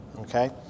Okay